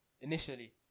Initially